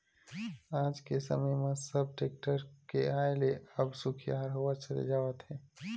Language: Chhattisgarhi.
आज के समे म सब टेक्टर के आय ले अब सुखियार होवत चले जावत हवय